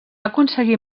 aconseguir